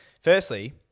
firstly